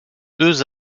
deux